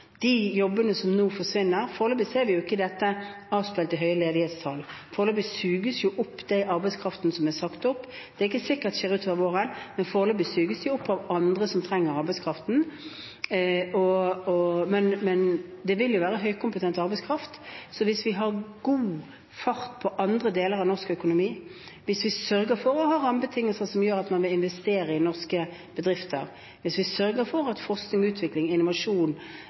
de jobbene som nå forsvinner, ser vi foreløpig ikke det avspeilet i høye ledighetstall. Foreløpig suges den arbeidskraften som er sagt opp, opp. Det er ikke sikkert det skjer utover våren, men foreløpig suges den opp av andre som trenger den arbeidskraften. Dette er jo høykompetent arbeidskraft, så hvis vi har god fart på andre deler av norsk økonomi, sørger for å ha rammebetingelser som gjør at man vil investere i norske bedrifter, sørger for at investeringene våre i forskning, utvikling, innovasjon